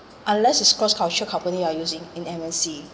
unless is cross cultural company ah using in M_N_C